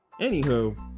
anywho